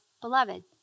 beloved